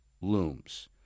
looms